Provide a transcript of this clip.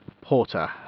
Porter